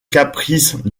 caprice